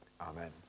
Amen